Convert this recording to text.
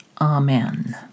Amen